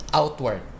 outward